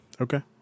Okay